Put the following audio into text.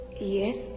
Yes